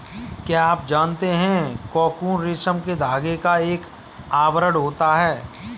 क्या आप जानते है कोकून रेशम के धागे का एक आवरण होता है?